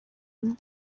umwe